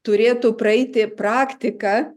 turėtų praeiti praktiką